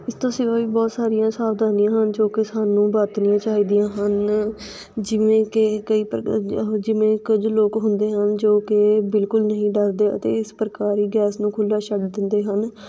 ਇਸ ਤੋਂ ਸਿਵਾ ਵੀ ਬਹੁਤ ਸਾਰੀਆਂ ਸਾਵਧਾਨੀਆਂ ਹਨ ਜੋ ਕਿ ਸਾਨੂੰ ਵਰਤਣੀਆਂ ਚਾਹੀਦੀਆਂ ਹਨ ਜਿਵੇਂ ਕਿ ਕਈ ਪ੍ਰ ਜਿਵੇਂ ਕੁਝ ਲੋਕ ਹੁੰਦੇ ਹਨ ਜੋ ਕਿ ਬਿਲਕੁਲ ਨਹੀਂ ਡਰਦੇ ਅਤੇ ਇਸ ਪ੍ਰਕਾਰ ਹੀ ਗੈਸ ਨੂੰ ਖੁੱਲ੍ਹਾ ਛੱਡ ਦਿੰਦੇ ਹਨ